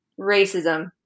racism